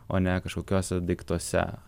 o ne kažkokiuose daiktuose